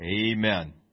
Amen